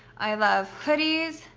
i love hoodies,